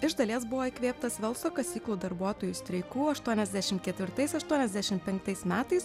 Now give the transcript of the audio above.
iš dalies buvo įkvėptas velso kasyklų darbuotojų streikų aštuoniasdešim ketvirtais aštuoniasdešim penktais metais